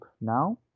now